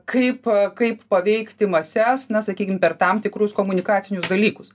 kaip kaip paveikti mases na sakykim per tam tikrus komunikacinius dalykus